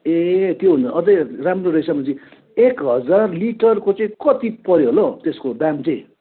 ए त्यो अझै राम्रो रहेछ एक हजार लिटरको चाहिँ कति पर्यो होला हौ त्यसको दाम चाहिँ